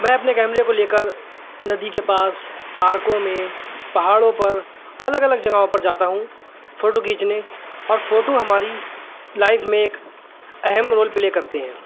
میں اپنے کیمرے کو لے کر ندی کے پاس پارکوں میں پہاڑوں پر الگ الگ جگہوں پر جاتا ہوں فوٹو کھینچنے اور فوٹو ہماری لائف میں ایک اہم رول پلے کرتے ہیں